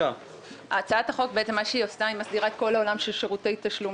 הצעת החוק מסדירה את כל עולם שירותי תשלום.